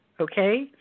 okay